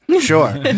sure